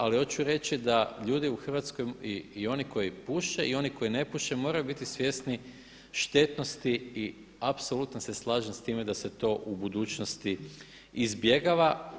Ali hoću reći da ljudi u Hrvatskoj i oni koji puše i oni koji ne puše moraju biti svjesni štetnosti i apsolutno se slažem sa time da se to u budućnosti izbjegava.